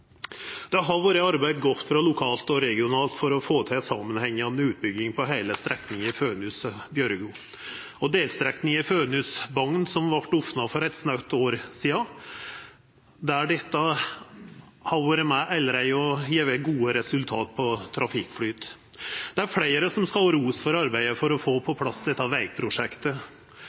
samanhengande utbygging på heile strekninga Fønhus–Bjørgo. For delstrekninga Fønhus–Bagn, som vart opna for eit snaut år sidan, har dette allereie vore med å gjeva gode resultat på trafikkflyt. Det er fleire som skal ha ros for arbeidet for å få på plass dette vegprosjektet,